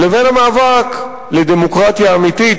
לבין המאבק לדמוקרטיה אמיתית,